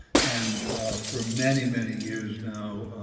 and for many, many years now,